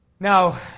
Now